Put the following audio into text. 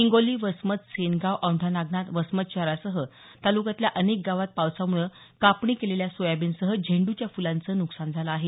हिंगोली वसमत सेनगाव औंढा नागनाथ वसमत शहरासह तालुक्यातील अनेक गावांत पावसामुळे कापणी केलेल्या सोयाबीनसह झेंडूच्या फुलांचं नुकसान झालं आहे